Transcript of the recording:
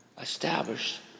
established